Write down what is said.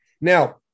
Now